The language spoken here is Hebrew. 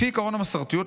לפי עקרון המסורתיות,